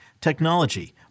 technology